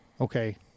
okay